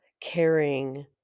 caring